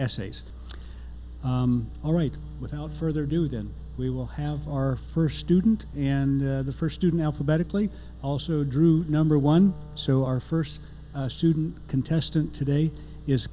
essays all right without further ado than we will have our first student and the first student alphabetically also drew number one so our first student contestant today is